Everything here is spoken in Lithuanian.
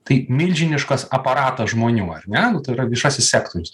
tai milžiniškas aparatas žmonių ar ne nu tai yra viešasis sektorius